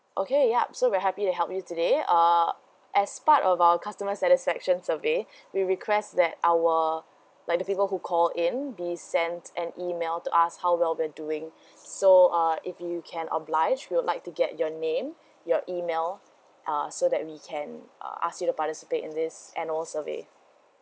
okay yup so we're happy to help you today um as part of our customer satisfaction survey we request that our like the people who call in be send an email to us how well we're doing so uh if you can oblige we'll like to get your name your email uh so that we can uh ask you to participate in this annual survey